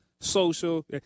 social